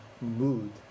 mood